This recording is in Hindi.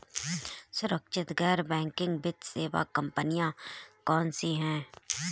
सुरक्षित गैर बैंकिंग वित्त सेवा कंपनियां कौनसी हैं?